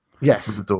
Yes